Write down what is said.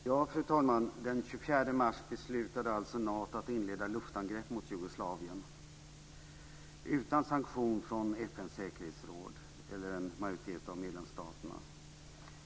Fru talman! Den 24 mars beslutade Nato att inleda luftangrepp mot Jugoslavien utan sanktion från FN:s säkerhetsråd eller en majoritet av medlemsstaterna.